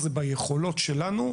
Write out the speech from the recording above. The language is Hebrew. זה ביכולות שלנו,